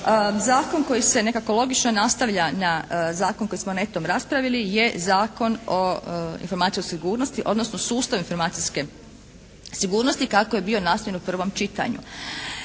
Zakon koji se nekako logično nastavlja na zakon koji smo netom raspravili je Zakon o informacijskoj sigurnosti odnosno sustavu informacijske sigurnosti kako je bio naslov u prvom čitanju.